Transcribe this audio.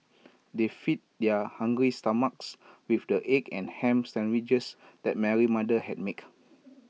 they fed their hungry stomachs with the egg and Ham Sandwiches that Mary's mother had make